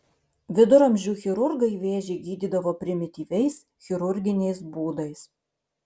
viduramžių chirurgai vėžį gydydavo primityviais chirurginiais būdais